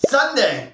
Sunday